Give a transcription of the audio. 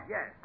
Yes